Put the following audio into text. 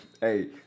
Hey